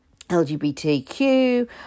LGBTQ